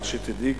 רק שתדעי,